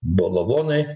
buvo lavonai